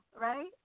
right